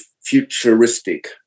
futuristic